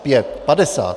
Pět, padesát...